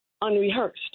unrehearsed